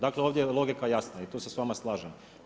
Dakle, ovdje je logika jasna i tu se s vama slažem.